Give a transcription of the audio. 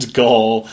goal